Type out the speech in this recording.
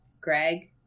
Greg